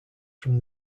from